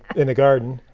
in garden.